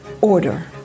order